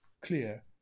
clear